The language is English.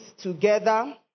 together